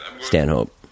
stanhope